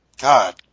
God